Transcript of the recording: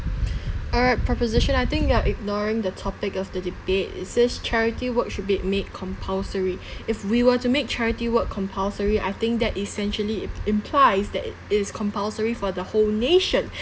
alright proposition I think you are ignoring the topic of the debate it says charity work should be made compulsory if we were to make charity work compulsory I think that essentially im~ implies that it is compulsory for the whole nation